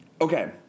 Okay